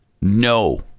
no